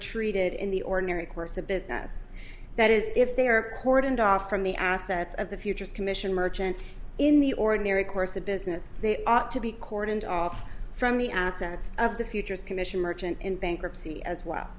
treated in the ordinary course of business that is if they are cordoned off from the assets of the futures commission merchant in the ordinary course of business they ought to be cordoned off from the assets of the futures commission merchant in bankruptcy as well